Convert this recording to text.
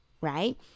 right